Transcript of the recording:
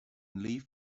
leave